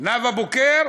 נאוה בוקר,